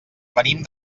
venim